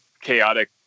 chaotic